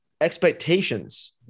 expectations